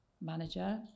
manager